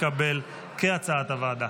כהצעת הוועדה,